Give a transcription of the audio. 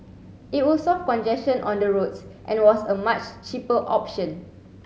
it would solve congestion on the roads and was a much cheaper option